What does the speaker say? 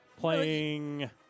Playing